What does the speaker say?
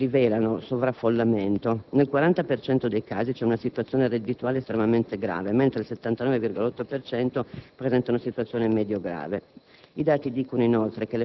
rivelano sovraffollamento. Nel 40 per cento dei casi c'è una situazione reddituale estremamente grave, mentre il 79,8 per cento presenta una situazione medio grave.